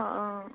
অঁ অঁ